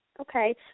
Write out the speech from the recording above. Okay